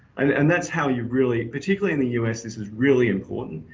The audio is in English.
and and that's how you really, particularly in the us this is really important,